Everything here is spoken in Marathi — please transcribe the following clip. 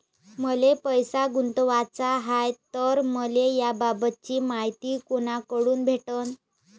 मले पैसा गुंतवाचा हाय तर मले याबाबतीची मायती कुनाकडून भेटन?